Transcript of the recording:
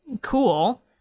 Cool